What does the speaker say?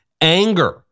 anger